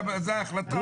זאת ההחלטה.